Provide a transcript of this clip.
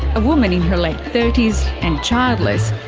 a woman in her late thirty s and childless,